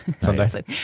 Sunday